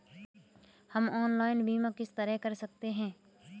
हम ऑनलाइन बीमा किस तरह कर सकते हैं?